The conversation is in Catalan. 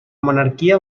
monarquia